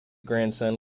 grandson